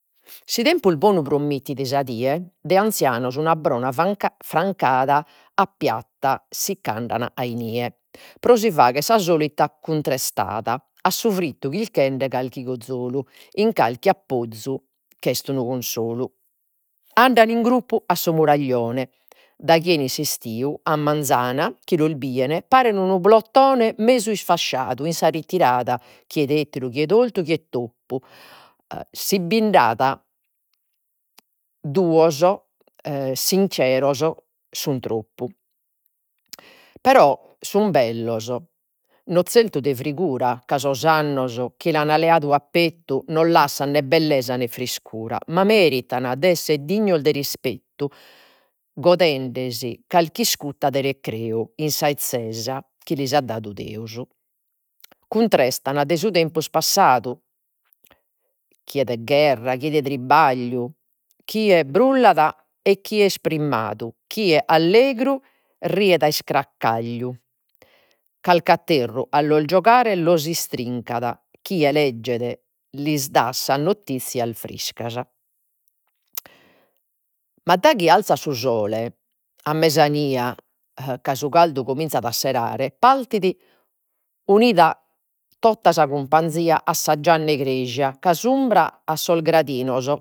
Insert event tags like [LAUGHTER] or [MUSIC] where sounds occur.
Si tempus bonu promittit sa die, de anzianos una [UNINTELLIGIBLE] [HESITATION] francada, a piatta si ch'andan a inie pro si faghere sa solita cuntrestada, a su frittu chirchende calchi cozzolu in calchi appozu, ch'est unu consolu. Andan in gruppu a su muraglione, daghi enit s'istiu a manzana chi los bien, paren unu [UNINTELLIGIBLE] mesu isfasciadu in sa retirada, chie tetteru, chie tortu, chie toppu [HESITATION] si bind'at duos [HESITATION] sinceros sun troppu. Però sun bellos, no zertu de frigura, ca sos annos chi l'an leadu a pettu, non lassan nè bellesa nè friscura, ma meritan de essere dignos de rispettu, godendesi carch'iscutta de recreu, in sa 'ezzesa chi lis at dadu Deus. Cuntrestan de su tempus passadu, chie de gherra, chie de trabagliu, chie brullat e chie est primmadu, chie allegru riet a [UNINTELLIGIBLE] carc'atteru a los giogare los [UNINTELLIGIBLE] chie legget lis dat sas notiscias friscas. Ma daghi alzat su sole a mesania [HESITATION] ca su caldu cominzan a serare, partit unida tota sa cumpanzia a sa gianna 'e cheja, ca s’umbra a sos gradinos